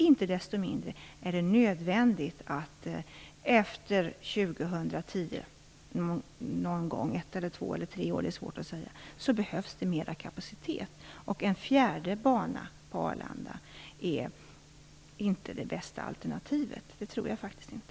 Inte desto mindre behövs det någon gång efter år 2010 mer kapacitet. Om det rör sig om ett, två eller tre år är svårt att säga. En fjärde bana på Arlanda är inte det bästa alternativet. Det tror jag faktiskt inte.